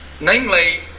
Namely